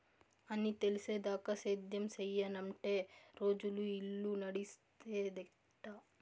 అన్నీ తెలిసేదాకా సేద్యం సెయ్యనంటే రోజులు, ఇల్లు నడిసేదెట్టా